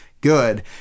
good